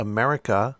America